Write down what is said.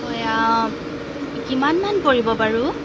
হয় কিমান মান পৰিব বাৰু